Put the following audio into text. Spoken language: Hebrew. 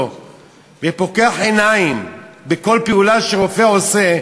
ופוקח עיניים על כל פעולה שהרופא עושה,